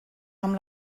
amb